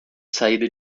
saída